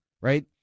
right